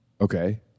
Okay